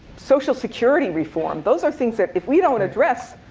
social security reform. those are things that if we don't address,